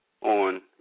on